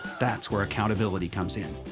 that's where accountability comes in.